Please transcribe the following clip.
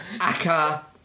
Aka